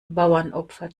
bauernopfer